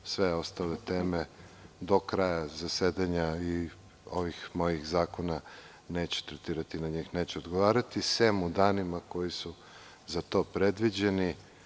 Sve ostale teme, do kraja zasedanja ovih mojih zakona, neću tretirati, neću odgovarati, sem u danima koji su za to predviđeni.